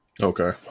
okay